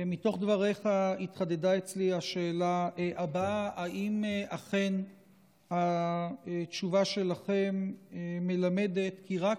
מתוך דבריך התחדדה אצלי השאלה הבאה: האם אכן התשובה שלכם מלמדת כי רק